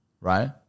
right